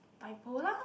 bipolar